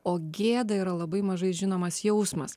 o gėda yra labai mažai žinomas jausmas